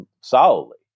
solidly